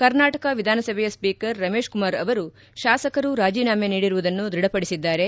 ಕರ್ನಾಟಕ ವಿಧಾನಸಭೆಯ ಸ್ವೀಕರ್ ರಮೇಶ್ಕುಮಾರ್ ಅವರು ಶಾಸಕರು ರಾಜೀನಾಮೆ ನೀಡಿರುವುದನ್ನು ದೃಢಪಡಿಸಿದ್ದಾರೆ